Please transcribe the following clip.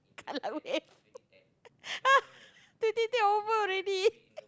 kalau win twenty ten over already